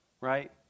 right